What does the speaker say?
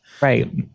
Right